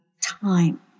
time